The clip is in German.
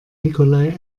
nikolai